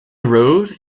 road